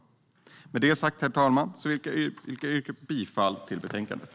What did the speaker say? Med detta sagt, herr talman, yrkar jag bifall till förslaget till beslut i betänkandet.